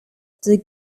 still